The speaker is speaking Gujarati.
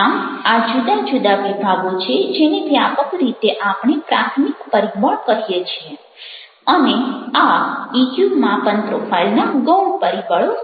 આમઆ જુદા જુદા વિભાગો છે જેને વ્યાપક રીતે આપણે પ્રાથમિક પરિબળ કહીએ છીએ અને આ ઇક્યુ માપન પ્રોફાઇલના ગૌણ પરિબળો છે